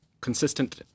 consistent